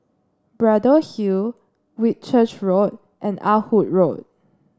Braddell Hill Whitchurch Road and Ah Hood Road